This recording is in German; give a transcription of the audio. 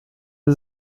sie